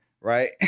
right